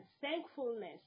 thankfulness